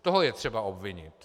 Toho je třeba obvinit!